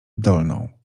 dolną